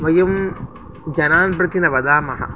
वयं जनान् प्रति न वदामः